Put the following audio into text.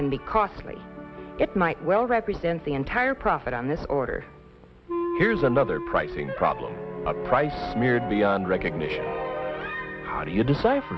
can be costly it might well represent the entire profit on this order here's another pricing problem a price smeared beyond recognition how do you deci